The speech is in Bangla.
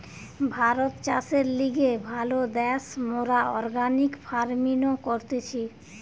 ভারত চাষের লিগে ভালো দ্যাশ, মোরা অর্গানিক ফার্মিনো করতেছি